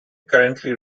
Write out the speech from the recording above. currently